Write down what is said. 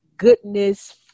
goodness